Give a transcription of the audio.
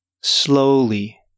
slowly